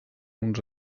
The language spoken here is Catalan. uns